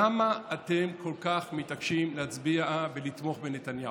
למה אתם כל כך מתעקשים להצביע ולתמוך בנתניהו?